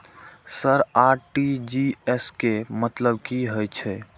Sir RTGS के मतलब की हे छे?